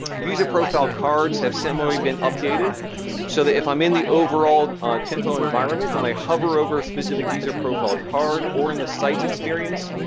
user profile cards have similarly been updated so that if i'm in the overall tempo environment and i hover over a specific user profile ah card or in the sites experience,